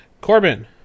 Corbin